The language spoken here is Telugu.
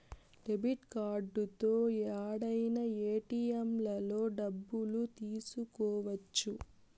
డెబిట్ కార్డుతో యాడైనా ఏటిఎంలలో డబ్బులు తీసుకోవచ్చు